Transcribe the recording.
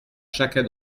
chacun